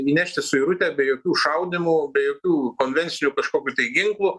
įnešti suirutę be jokių šaudymų be jokių konvencinių kažkokių tai ginklų